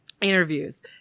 interviews